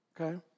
Okay